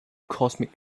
cosmic